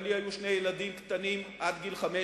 גם לי היו שני ילדים קטנים עד גיל חמש,